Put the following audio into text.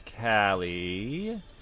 Callie